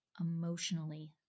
emotionally